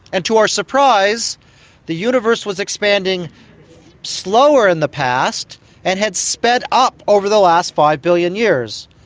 and to our surprise the universe was expanding slower in the past and had sped up over the last five billion years.